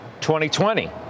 2020